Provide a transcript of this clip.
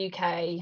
UK